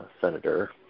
senator